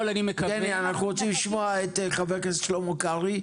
יבגני, אנחנו רוצים לשמוע את חבר הכנסת שלמה קרעי.